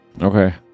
Okay